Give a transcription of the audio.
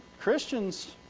Christians